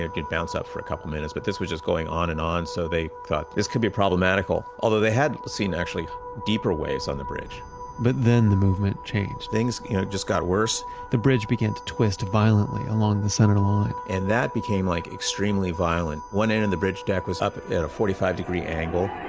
you'd bounce up for a couple minutes but this was just going on and on, so they thought this could be problematical. although they had seen actually deeper waves on the bridge but then the movement changed things you know just got worse the bridge began to twist violently along the center line and that became like, extremely violent. one end of and the bridge deck was up at a forty five degree angle